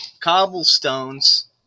cobblestones